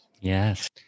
Yes